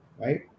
right